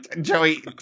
Joey